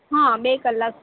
હા બે કલાક સુધી